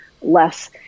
less